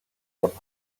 cap